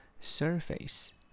Surface